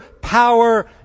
power